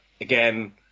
again